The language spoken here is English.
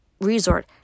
resort